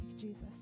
Jesus